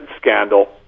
scandal